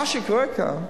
מה שקורה כאן,